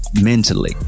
mentally